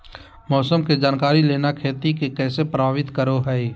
मौसम के जानकारी लेना खेती के कैसे प्रभावित करो है?